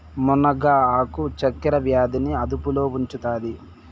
మునగ ఆకు చక్కర వ్యాధి ని అదుపులో ఉంచుతాది